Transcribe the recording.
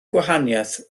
gwahaniaeth